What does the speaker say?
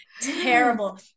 terrible